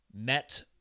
met